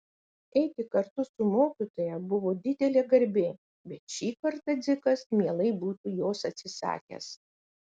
eiti kartu su mokytoja buvo didelė garbė bet šį kartą dzikas mielai būtų jos atsisakęs